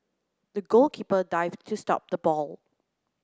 the goalkeeper dived to stop the ball